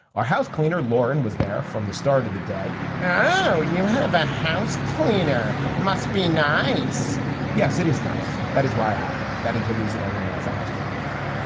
our house cleaner, lauren, was there from the start of the day you have a house cleaner. must be nice yes, it is nice. that is why i have one. that is the reason everyone has a house. cleaner has one.